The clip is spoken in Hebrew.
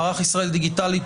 מערך ישראל דיגיטלית,